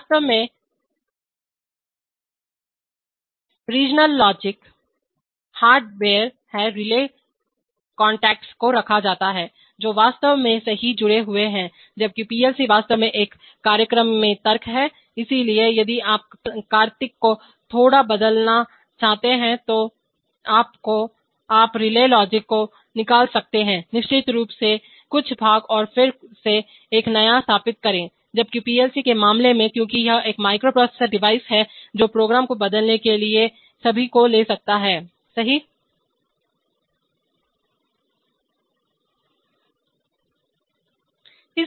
वास्तव में regional logic hard wired है रिले कॉन्टैक्टस को रखा जाता है जो वे वास्तव में सही जुड़े हुए हैं जबकि पीएलसी वास्तव में एक कार्यक्रम में तर्क है इसलिए यदि आप का र्तक को थोड़ा बदलना चाहते हैं तो आप तो आप रिले लॉजिक को निकाल सकते हैंनिश्चित रूप से कुछ भाग और फिर से एक नया स्थापित करें जबकि पीएलसी के मामले में क्योंकि यह एक माइक्रोप्रोसेसर डिवाइस है जो प्रोग्राम को बदलने के लिए सभी को लेता है सही है